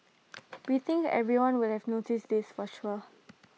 we think everyone would have noticed this for sure